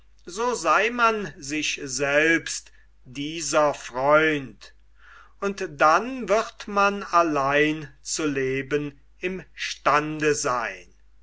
so sei man sich selbst dieser freund und dann wird man allein zu leben im stande seyn